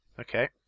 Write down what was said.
Okay